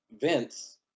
vince